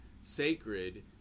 Sacred